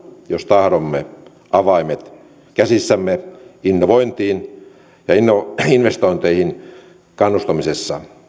jos tahdomme avaimet käsissämme innovointiin ja investointeihin kannustamiseksi